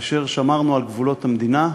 כאשר שמרנו על גבולות המדינה,